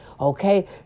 okay